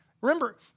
Remember